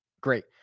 great